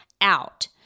out